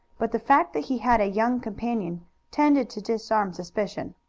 but the fact that he had a young companion tended to disarm suspicion.